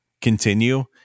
continue